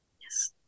Yes